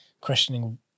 questioning